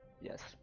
yes